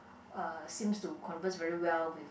uh seems to converse very well with